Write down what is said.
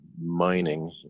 mining